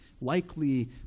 likely